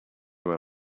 when